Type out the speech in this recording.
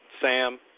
Sam